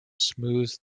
smooths